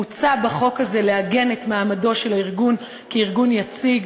מוצע בחוק הזה לעגן את מעמדו של הארגון כארגון יציג,